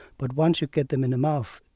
but once you get them in the mouth,